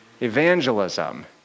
Evangelism